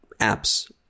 apps